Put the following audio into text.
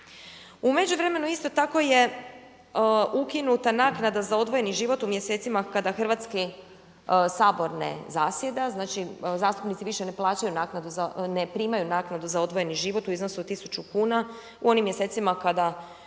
U međuvremenu isto tako je ukinuta naknada za odvojeni život u mjesecima kada Hrvatski sabor ne zasjeda, znači zastupnici više ne primaju naknadu za odvojeni život u iznosu od 1000 kuna u onim mjesecima kada